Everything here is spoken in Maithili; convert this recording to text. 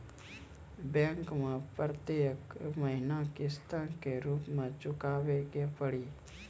बैंक मैं प्रेतियेक महीना किस्तो के रूप मे चुकाबै के पड़ी?